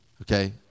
Okay